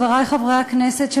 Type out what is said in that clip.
חברי חברי הכנסת,